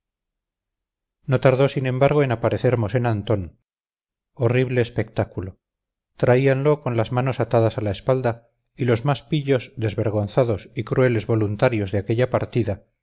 no tardó sin embargo en aparecer mosén antón horrible espectáculo traíanlo con las manos atadas a la espalda y los más pillos desvergonzados y crueles voluntarios de aquella partida